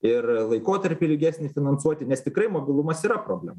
ir laikotarpį ilgesnį finansuoti nes tikrai mobilumas yra problema